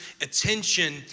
attention